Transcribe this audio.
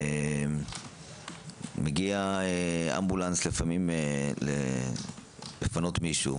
מגיע אמבולנס לפעמים לפנות מישהו,